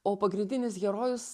o pagrindinis herojus